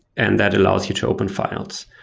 and that allows you to open files.